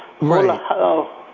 Right